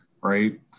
right